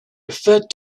referred